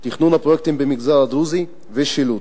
תכנון פרויקטים במגזר הדרוזי ושילוט.